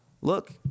look